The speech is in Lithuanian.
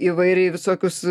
įvairiai visokius